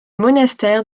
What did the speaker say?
monastères